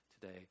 today